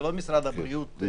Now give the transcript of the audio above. זה לא משרד הבריאות לבדו,